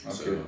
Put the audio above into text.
Okay